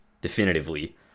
definitively